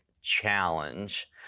challenge